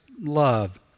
love